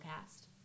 cast